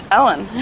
Ellen